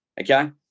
Okay